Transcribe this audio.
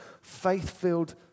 faith-filled